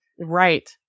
Right